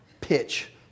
pitch